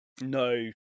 No